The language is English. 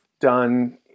done